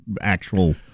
actual